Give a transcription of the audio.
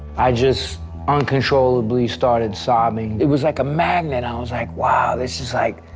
i just uncontrollably starting sobbing, it was like a magnet. i was like wow this is like